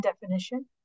definition